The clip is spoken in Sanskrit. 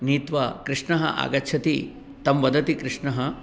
नीत्वा कृष्णः आगच्छति तं वदति कृष्णः